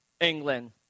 England